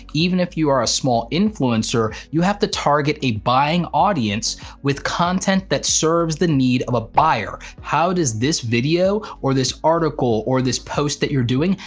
even if you are a small influencer, you have to target a buying audience with content that serves the need of a buyer, how does this video, or this article, or this post that you're doing,